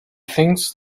things